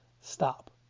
stop